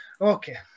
okay